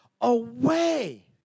away